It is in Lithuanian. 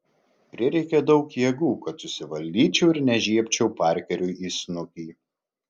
prireikė daug jėgų kad susivaldyčiau ir nežiebčiau parkeriui į snukį